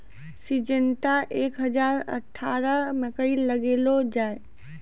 Syngenta एक हजार अठारह मकई लगैलो जाय?